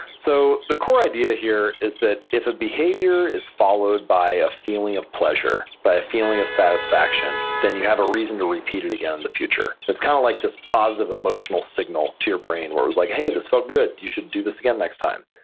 so the core idea here is that if a behavior is followed by a feeling of pleasure, by a feeling of satisfaction, then you have a reason to repeat it again in the future. it's kind of like this positive emotional signal to your brain where it was like, this felt good. you should do this again next time.